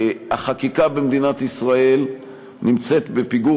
שהחקיקה במדינת ישראל נמצאת בפיגור